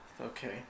Okay